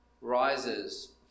rises